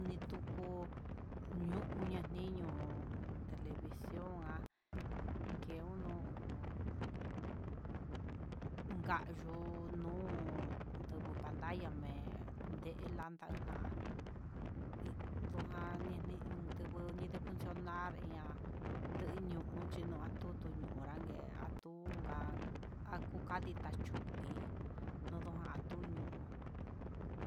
Nituku nion na niño'o ho livicion há, yee uno ujun ngayunu yun ndiko pantalla nen ndee lantajan ndojan niniutu bu'u mencionar ña'a, tuu uun chinion ni un atutu, nguagaren atunka aku ka ditá chu ndii atu ñoo.